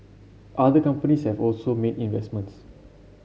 other companies have also made investments